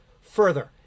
Further